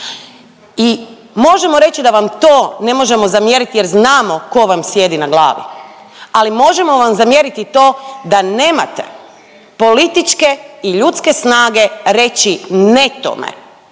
i možemo reći da vam to ne možemo zamjeriti jer znamo tko vam sjedi na glavi, ali možemo vam zamjeriti to da nemate političke i ljudske snage reći ne tome.